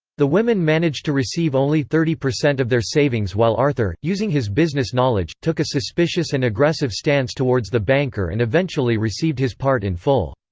the women managed to receive only thirty percent of their savings while arthur, using his business knowledge, took a suspicious and aggressive stance towards the banker and eventually received his part in full.